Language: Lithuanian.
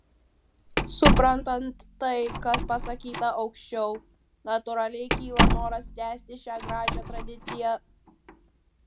suprantant tai kas pasakyta aukščiau natūraliai kyla noras tęsti šią gražią tradiciją